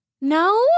No